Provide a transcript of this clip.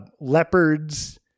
leopards